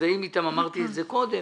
מזדהים אתם ואמרתי זאת קודם,